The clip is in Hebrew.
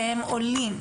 שהם עולים?